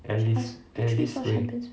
uh I I literally saw champion's